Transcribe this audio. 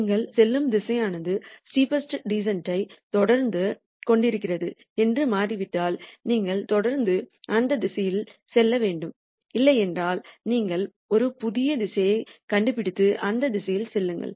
நீங்கள் செல்லும் திசையானது ஸ்டெப்பஸ்ட் டீசன்ட் யைத் தொடர்ந்து கொண்டிருக்கிறது என்று மாறிவிட்டால் நீங்கள் தொடர்ந்து அந்த திசையில் செல்ல வேண்டும் இல்லையென்றால் நீங்கள் ஒரு புதிய திசையைக் கண்டுபிடித்து அந்த திசையில் செல்லுங்கள்